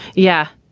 yeah,